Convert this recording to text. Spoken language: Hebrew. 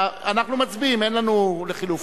אנחנו מצביעים, אין לנו לחלופין.